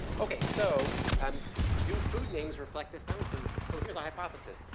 okay, so, um do food names reflect this sound symbolism? so here's the hypothesis.